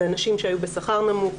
זה הנשים שהיו בשכר נמוך,